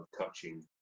touching